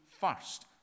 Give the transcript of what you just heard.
first